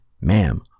ma'am